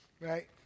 Right